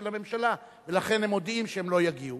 הממשלה ולכן הם מודיעים שהם לא יגיעו.